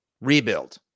rebuild